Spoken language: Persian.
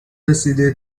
رسیده